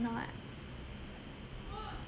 cannot lah